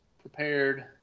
prepared